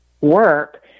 work